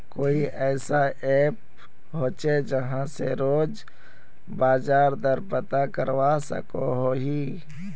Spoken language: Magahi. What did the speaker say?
कोई ऐसा ऐप होचे जहा से रोज बाजार दर पता करवा सकोहो ही?